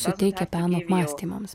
suteikia peno apmąstymams